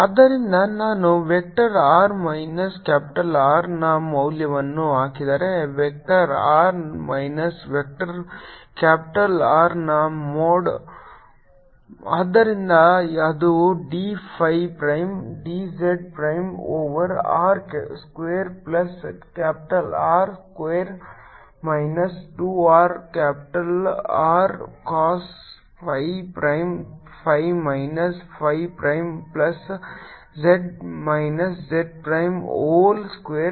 ಆದ್ದರಿಂದ ನಾನು vector r minus capital R ನ ಮೌಲ್ಯವನ್ನು ಹಾಕಿದರೆ vector r minus vector capital R ನ ಮೋಡ್ ಆದ್ದರಿಂದ ಅದು d phi prime d z prime over r square plus capital R square minus 2 r capital R cos phi prime phi ಮೈನಸ್ phi prime plus z minus z prime whole square